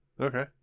okay